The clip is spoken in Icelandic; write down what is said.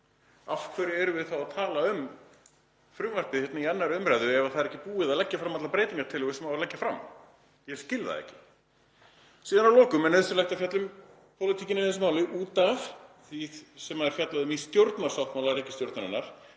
Af hverju erum við að tala um frumvarpið í 2. umr. ef það er ekki búið að leggja fram allar breytingartillögur sem á að leggja fram? Ég skil það ekki. Að lokum er nauðsynlegt að fjalla um pólitíkina í þessu máli út af því sem er fjallað um í stjórnarsáttmála ríkisstjórnarinnar,